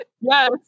Yes